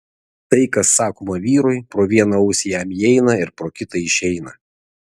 tai kas sakoma vyrui pro vieną ausį jam įeina ir pro kitą išeina